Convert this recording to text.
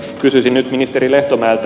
kysyisin nyt ministeri lehtomäeltä